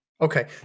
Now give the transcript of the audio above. Okay